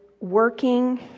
working